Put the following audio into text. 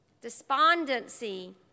despondency